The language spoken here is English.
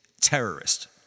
terrorist